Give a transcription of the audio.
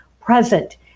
present